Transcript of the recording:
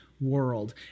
world